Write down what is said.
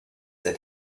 that